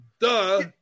Duh